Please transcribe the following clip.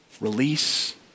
release